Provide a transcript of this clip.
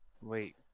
Wait